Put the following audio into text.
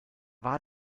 war